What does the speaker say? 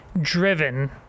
driven